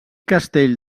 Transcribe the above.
castell